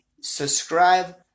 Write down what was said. subscribe